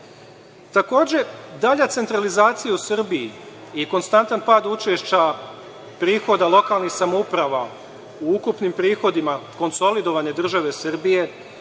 raspolaganju. Dalja centralizacija u Srbiji i konstantan pad učešća prihoda lokalnih samouprava u ukupnim prihodima konsolidovane države Srbije